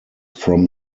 from